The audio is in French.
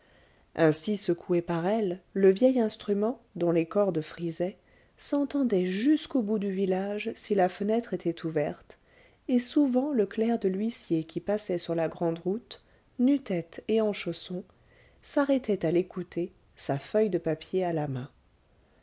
ainsi secoué par elle le vieil instrument dont les cordes frisaient s'entendait jusqu'au bout du village si la fenêtre était ouverte et souvent le clerc de l'huissier qui passait sur la grande route nu-tête et en chaussons s'arrêtait à l'écouter sa feuille de papier à la main